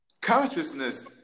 consciousness